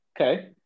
Okay